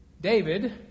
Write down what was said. David